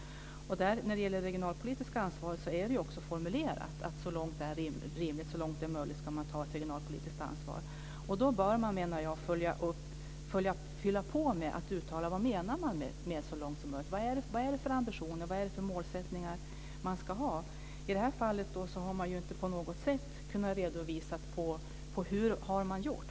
När det gäller det regionalpolitiska ansvaret är det också formulerat att man så långt det är rimligt och möjligt ska ta ett regionalpolitiskt ansvar. Då menar jag att man bör fylla på med att uttala vad man menar med "så långt som möjligt". Vad är det för ambitioner och målsättningar man ska ha? I det här fallet har man inte på något sätt kunnat redovisa hur man har gjort.